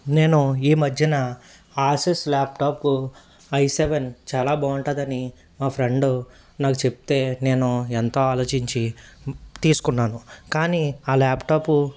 నేను ఈ మధ్యన ఆసీస్ ల్యాప్టాపు ఐ సెవెన్ చాలా బావుంటాదని మా ఫ్రెండు నాకు చెప్తే నేను ఎంతో ఆలోచించి తీసుకున్నాను కానీ ఆ ల్యాప్టపు